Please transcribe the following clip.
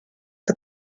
the